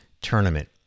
tournament